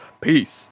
Peace